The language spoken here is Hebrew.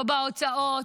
לא בהוצאות,